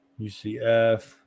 UCF